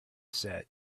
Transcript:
said